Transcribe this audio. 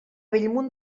bellmunt